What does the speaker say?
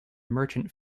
merchant